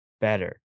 better